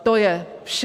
To je vše.